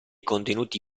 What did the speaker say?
contenuti